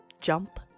jump